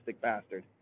bastard